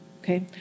okay